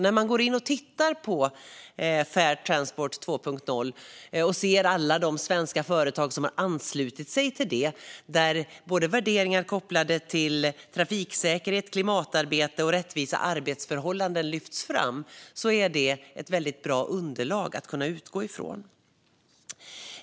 När man går in och tittar på Fair Transport 2.0 ser man alla de svenska företag som har anslutit sig till detta och att värderingar kopplade till trafiksäkerhet, klimatarbete och rättvisa arbetsförhållanden lyfts fram. Det är ett bra underlag att utgå ifrån.